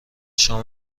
شام